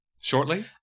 Shortly